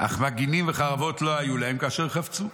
אך מגינים וחרבות לא היו להם כאשר חפצו.